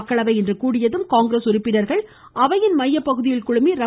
மக்களவை இன்று கூடியதும் காங்கிரஸ் உறுப்பினர்கள் அவையின் மையப்பகுதியில் குழுமி ர